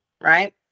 right